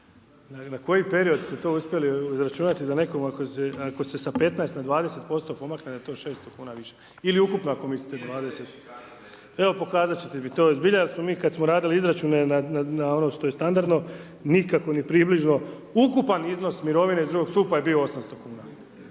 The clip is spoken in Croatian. Na koji period ste to uspjeli izračunati da nekom ako se sa 15 na 20% pomakne da je to 600 kuna više ili ukupno ako mislite 20? .../Upadica se ne čuje./... Evo pokazati ćete mi to jer zbilja jer smo mi kada smo radili izračune na ono što je standardno nikako ni približno ukupan iznos mirovine iz drugog stupa je bio 800 kuna